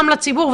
לציבור.